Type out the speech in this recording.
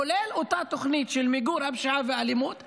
כולל אותה תוכנית של מיגור הפשיעה והאלימות 549,